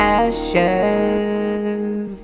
ashes